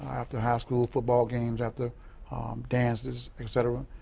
after high school football games, after dances, etcetera,